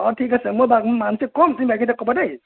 অঁ ঠিক আছে মই বাৰু মাঞ্চীক ক'ম তুমি বাকী কেইটাক ক'বা দেই